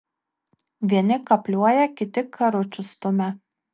vieni kapliuoja kiti karučius stumia